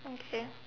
okay